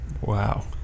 Wow